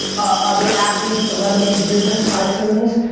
other athletes, celebrities, business tycoons,